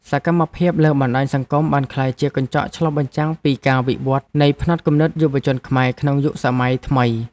សកម្មភាពលើបណ្តាញសង្គមបានក្លាយជាកញ្ចក់ឆ្លុះបញ្ចាំងពីការវិវឌ្ឍនៃផ្នត់គំនិតយុវជនខ្មែរក្នុងយុគសម័យថ្មី។